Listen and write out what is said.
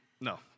no